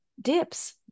dips